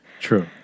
True